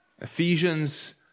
Ephesians